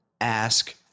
Ask